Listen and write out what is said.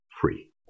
free